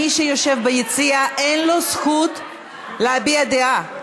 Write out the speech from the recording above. מי שיושב ביציע, אין לו זכות להביע דעה.